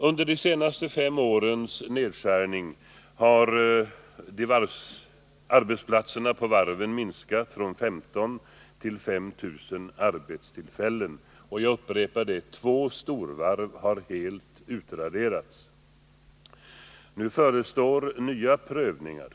Under de senaste fem årens nedskärningar har antalet arbetstillfällen på varven i Göteborg minskat från 15 000 till 5 000, och två storvarv — jag upprepar det — har helt utraderats. Nu förestår nya prövningar.